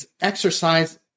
exercise